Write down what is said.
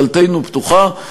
דלתנו פתוחה,